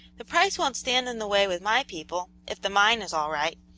the price won't stand in the way with my people, if the mine is all right.